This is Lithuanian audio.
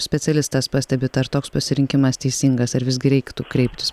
specialistas pastebit ar toks pasirinkimas teisingas ar visgi reiktų kreiptis